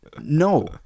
No